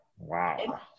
Wow